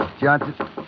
Johnson